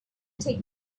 take